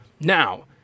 Now